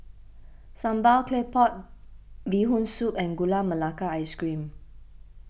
Sambal Claypot Bee Hoon Soup and Gula Melaka Ice Cream